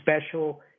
special